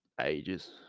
ages